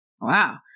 wow